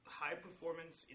high-performance